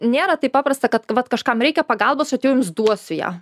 nėra taip paprasta kad vat kažkam reikia pagalbos atėjau jums duosiu ją